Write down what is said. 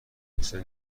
محسن